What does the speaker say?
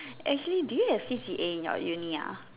actually do you have C_C_A in your uni ah